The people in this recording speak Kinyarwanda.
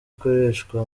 ikoreshwa